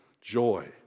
joy